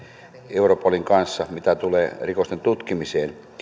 europolin kanssa mitä tulee rikosten tutkimiseen